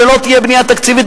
שלא תהיה בנייה תקציבית,